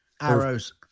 arrows